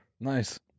Nice